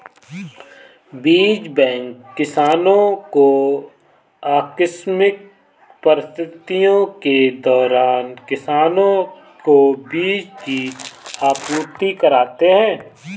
बीज बैंक किसानो को आकस्मिक परिस्थितियों के दौरान किसानो को बीज की आपूर्ति कराते है